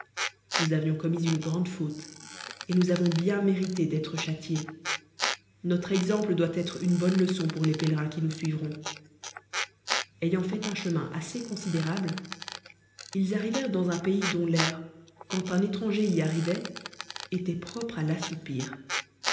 nous avions commis une graode faute et nous avons bien mérité d'être cmliés notre exemple doit être une bonne leçon pour les pélerins qui nous suivrout t a ayant fait un chemin assez considérable ils arrivèrent d ans un pays dont l'air quand un étranger y arrivoit étoit propre à l'a